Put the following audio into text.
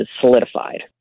solidified